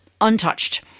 untouched